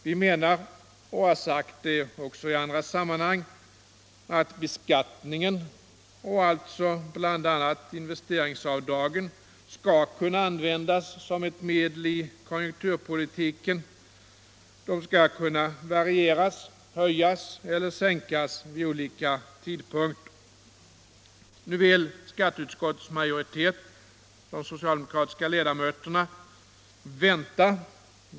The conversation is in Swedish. Vi menar och har sagt det också i andra sammanhang, att beskattningen och alltså bl.a. investeringsavdragen skall kunna användas som medel i konjunkturpolitiken. De skall kunna varieras — höjas eller sänkas — vid olika tidpunkter. Skatteutskottets majoritet, de socialdemokratiska ledamöterna, vill vänta.